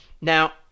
Now